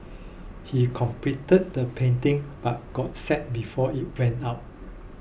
he completed the painting but got sacked before it went up